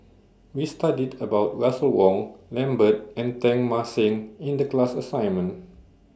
We studied about Russel Wong Lambert and Teng Mah Seng in The class assignment